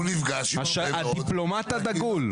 הדיפלומט הדגול.